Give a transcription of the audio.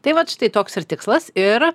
tai vat štai toks ir tikslas ir